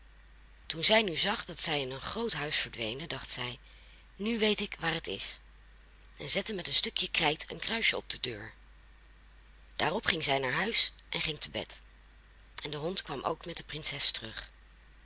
toen zij nu zag dat zij in een groot huis verdwenen dacht zij nu weet ik waar het is en zette met een stuk krijt een kruisje op de deur daarop ging zij naar huis en ging te bed en de hond kwam ook met de prinses terug